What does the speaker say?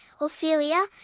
Ophelia